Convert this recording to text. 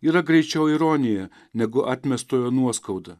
yra greičiau ironija negu atmestojo nuoskauda